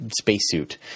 spacesuit